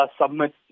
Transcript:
submit